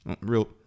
Real